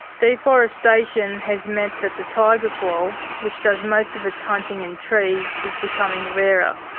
deforestation has meant that the tiger quoll, which does most of its hunting in trees, is becoming rarer.